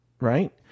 right